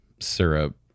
syrup